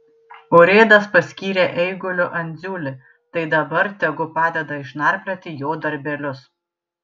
urėdas paskyrė eiguliu andziulį tai dabar tegu padeda išnarplioti jo darbelius